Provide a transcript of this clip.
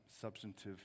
substantive